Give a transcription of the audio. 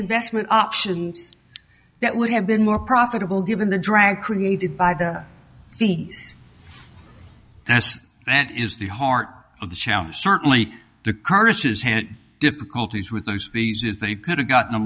investment options that would have been more profitable given the drag created by the that's that is the heart of the challenge certainly the current difficulties with those these is they could have gotten